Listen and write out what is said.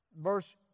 verse